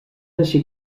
així